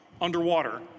underwater